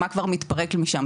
מה כבר מתפרק שם,